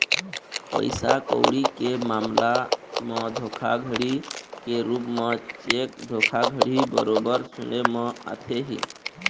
पइसा कउड़ी के मामला म धोखाघड़ी के रुप म चेक धोखाघड़ी बरोबर सुने म आथे ही